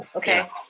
okay.